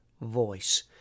voice